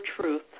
truth